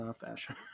fashion